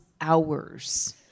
hours